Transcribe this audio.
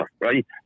right